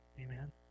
Amen